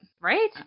right